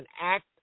act